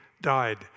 died